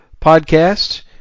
podcast